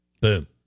Boom